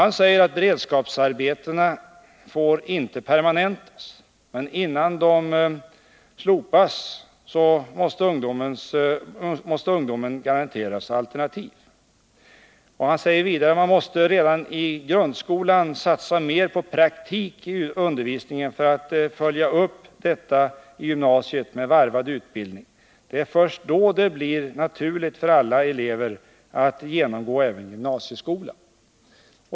Han säger: Beredskapsarbetena får inte permanentas, men innan de slopas måste ungdomen garanteras alternativ. Han säger vidare: Man måste redan i grundskolan satsa mer på praktik i undervisningen för att följa upp detta i gymnasiet med varvad utbildning. Det är först då det blir naturligt för alla elever att genomgå även gymnasieskolan.